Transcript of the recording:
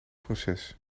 proces